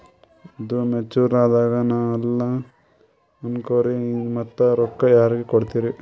ಈದು ಮೆಚುರ್ ಅದಾಗ ನಾ ಇಲ್ಲ ಅನಕೊರಿ ಮತ್ತ ರೊಕ್ಕ ಯಾರಿಗ ಕೊಡತಿರಿ?